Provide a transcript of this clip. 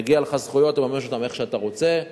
מגיעות לך זכויות, תממש אותן איך שאתה רוצה.